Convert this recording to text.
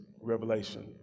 Revelation